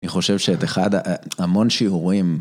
אני חושב שאת אחד... אה, המון שיעורים